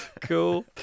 cool